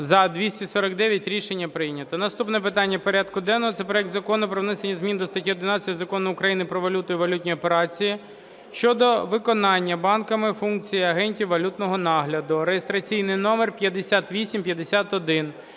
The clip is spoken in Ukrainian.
За-249 Рішення прийнято. Наступне питання порядку денного – це проект Закону про внесення зміни до статті 11 Закону України "Про валюту і валютні операції" щодо виконання банками функцій агентів валютного нагляду (реєстраційний номер 5851).